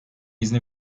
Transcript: izni